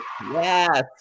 yes